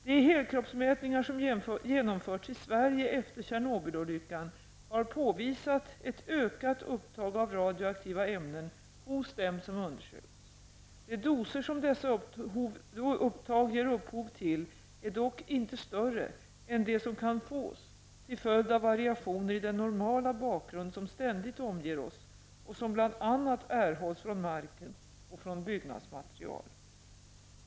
De helkroppsmätningar som genomförts i Sverige efter Tjernobylolyckan har påvisat ett ökat upptag av radioaktiva ämnen hos dem som undersökts. De doser som dessa upptag ger upphov till är dock inte större än de som kan fås till följd av variationer i den normala bakgrund som ständigt omger oss och som bl.a. erhålls från marken och från byggnadsmaterial.